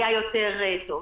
היה יותר טוב.